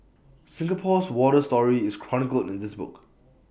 Singapore's water story is chronicled in this book